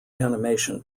animation